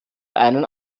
einen